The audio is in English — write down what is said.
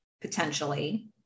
potentially